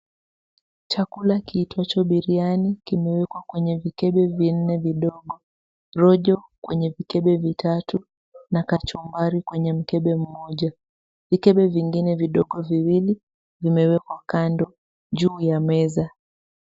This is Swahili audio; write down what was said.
Chakula kiitwacho biriani vimewekwa kwenye vikebe vinne vidogo, rojo kwenye vikebe vitatu na kachumbari kwenye mkebe mmoja. Vikebe vingine vidogo viwili vimewekwa kando juu ya meza.